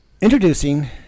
Introducing